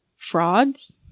frauds